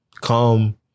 come